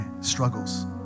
struggles